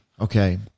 Okay